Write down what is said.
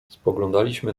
spoglądaliśmy